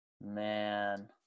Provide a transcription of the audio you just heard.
Man